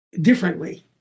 differently